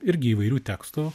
irgi įvairių tekstų